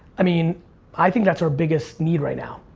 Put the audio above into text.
i mean i think that's our biggest need right now.